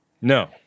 No